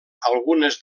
algunes